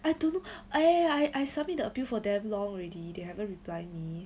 I don't know I I I submit the appeal for damn long already they haven't reply me